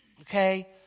Okay